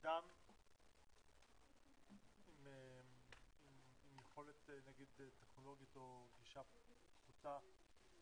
אדם עם יכולת טכנולוגית או גישה פחותה,